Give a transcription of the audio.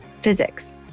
physics